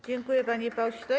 Dziękuję, panie pośle.